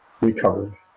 recovered